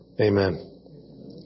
Amen